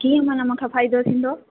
कीअं माना मूंखे फ़ाइदो थींदो